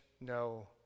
no